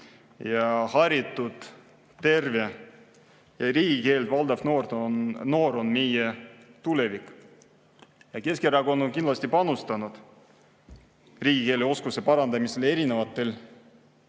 Haritud, terve, riigikeelt valdav noor on meie tulevik. Keskerakond on kindlasti panustanud riigikeele oskuse parandamisele, ütleme,